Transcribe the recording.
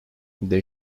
they